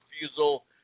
refusal